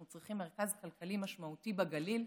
אנו צריכים מרכז כלכלי משמעותי בגליל,